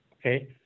Okay